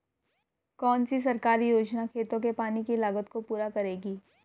कौन सी सरकारी योजना खेतों के पानी की लागत को पूरा करेगी?